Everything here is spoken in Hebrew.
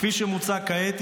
כפי שמוצע כעת,